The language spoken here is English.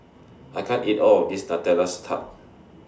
I can't eat All of This nutella's Tart